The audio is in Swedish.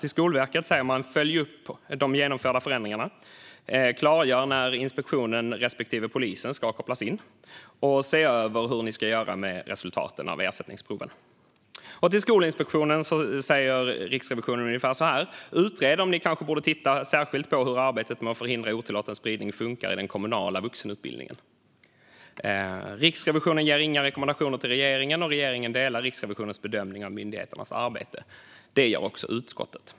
Till Skolverket säger man: Följ upp de genomförda förändringarna. Klargör när inspektionen respektive polisen ska kopplas in. Se över hur ni ska göra med resultaten av ersättningsproven. Till Skolinspektionen säger Riksrevisionen ungefär: Utred om ni kanske borde titta särskilt på hur arbetet med att förhindra otillåten spridning funkar i den kommunala vuxenutbildningen. Riksrevisionen ger inga rekommendationer till regeringen, och regeringen delar Riksrevisionens bedömning av myndigheternas arbete. Det gör också utskottet.